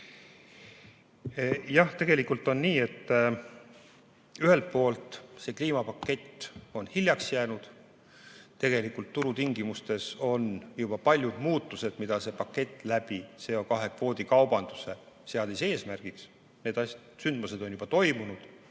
Jah, tegelikult on nii, et ühelt poolt see kliimapakett on hiljaks jäänud, turutingimustes on juba paljud muutused, mida see pakett läbi CO2kvoodi kaubanduse seadis eesmärgiks, need sündmused on juba toimunud.